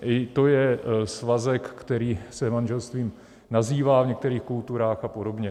I to je svazek, který se manželstvím nazývá v některých kulturách, apod.